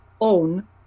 own